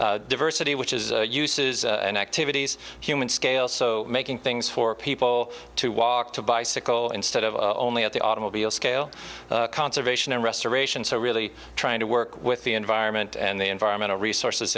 diversity which is uses and activities human scale so making things for people to walk to bicycle instead of only at the automobile scale conservation and restoration so really trying to work with the environment and the environmental resources